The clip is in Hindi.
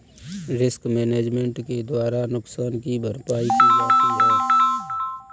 रिस्क मैनेजमेंट के द्वारा नुकसान की भरपाई की जाती है